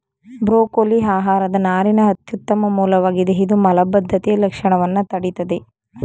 broccoli ಆಹಾರದ ನಾರಿನ ಅತ್ಯುತ್ತಮ ಮೂಲವಾಗಿದೆ ಇದು ಮಲಬದ್ಧತೆಯ ಲಕ್ಷಣವನ್ನ ತಡಿತದೆ